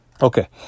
okay